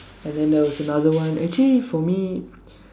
and then there was another one actually for me